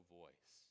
voice